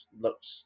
looks